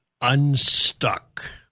unstuck